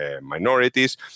minorities